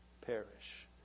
perish